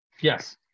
Yes